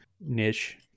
niche